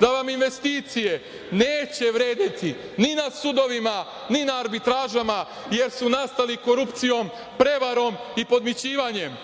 da vam investicije neće vredeti ni na sudovima, ni na arbitražama, jer su nastali korupcijom, prevarom i podmićivanjem.